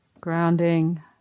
Grounding